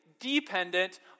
dependent